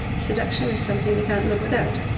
seduction is something we can't live without.